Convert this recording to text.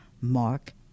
Mark